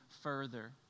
further